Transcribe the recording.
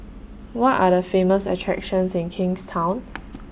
Which Are The Famous attractions in Kingstown